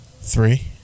three